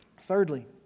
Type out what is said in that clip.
Thirdly